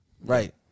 Right